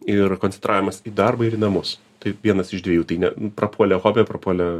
ir koncentravimas į darbą ir į namus tai vienas iš dviejų tai ne prapuolė hobiai prapuolė